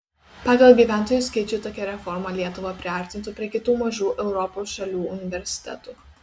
pagal gyventojų skaičių tokia reforma lietuvą priartintų prie kitų mažų europos šalių universitetų